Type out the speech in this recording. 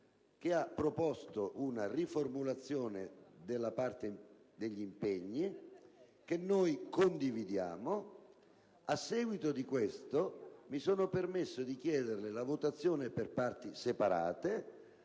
che ha proposto una riformulazione della parte impegnativa che noi condividiamo; a seguito di questo, mi sono permesso di chiedere la votazione per parti separate,